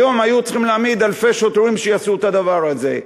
היום היו צריכים להעמיד אלפי שוטרים שיעשו את הדבר הזה.